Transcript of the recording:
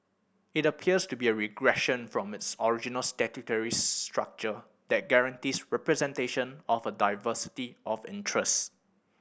it appears to be a regression from its original statutory structure that guarantees representation of a diversity of interest